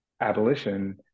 abolition